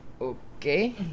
Okay